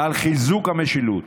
על חיזוק המשילות.